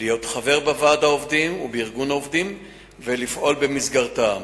להיות חבר בוועד העובדים ובארגון העובדים ולפעול במסגרתם.